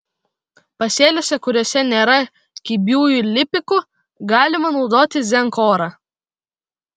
pasėliuose kuriuose nėra kibiųjų lipikų galima naudoti zenkorą